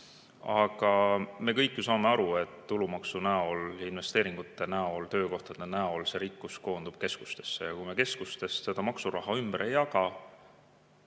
Aga me kõik ju saame aru, et tulumaksu näol ja investeeringute näol, töökohtade näol koondub rikkus keskustesse. Ja kui me keskustest maksuraha ümber ei jaga,